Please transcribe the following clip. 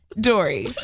Dory